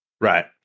Right